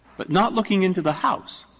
but not looking into the house,